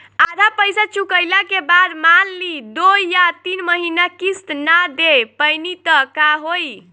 आधा पईसा चुकइला के बाद मान ली दो या तीन महिना किश्त ना दे पैनी त का होई?